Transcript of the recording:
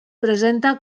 presenta